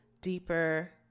deeper